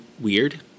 weird